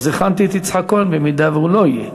אז הכנתי את יצחק כהן אם הוא לא יהיה.